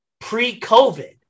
pre-COVID